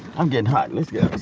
i'm getting hot. let's